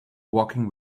walking